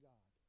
God